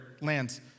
lands